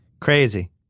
Crazy